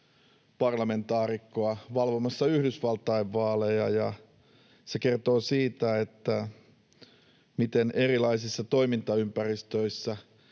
parlamentaarikkoa — valvomassa Yhdysvaltain vaaleja. Se kertoo siitä, miten erilaisissa toimintaympäristöissä